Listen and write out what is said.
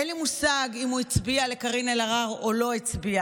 אין לי מושג אם הוא הצביע לקארין אלהרר או לא הצביע,